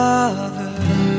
Father